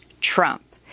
Trump